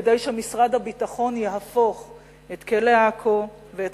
כדי שמשרד הביטחון יהפוך את כלא עכו ואת